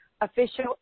Official